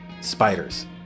spiders